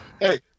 Hey